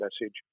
message